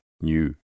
new